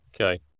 Okay